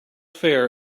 fair